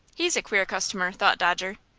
he's a queer customer! thought dodger.